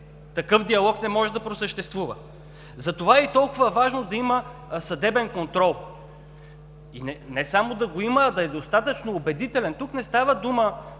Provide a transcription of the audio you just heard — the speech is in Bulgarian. Такъв диалог не може да просъществува, затова е и толкова важно да има съдебен контрол, но не само да го има, а да е достатъчно убедителен. Тук не става дума